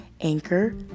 Anchor